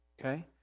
okay